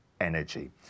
Energy